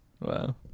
Wow